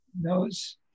knows